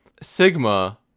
Sigma